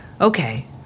okay